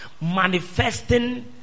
manifesting